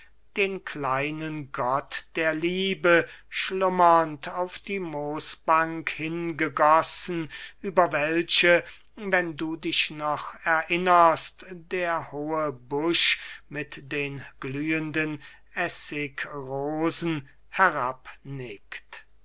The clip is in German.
den kleinen gott der liebe schlummernd auf die moosbank hingegossen über welche wenn du dich noch erinnerst der hohe busch mit den glühenden essigrosen